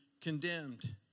condemned